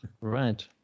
Right